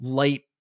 light